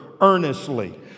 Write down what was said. earnestly